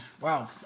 Wow